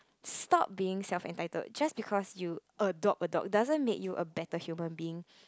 stop being self entitled just because you adopt a dog doesn't make you a better human being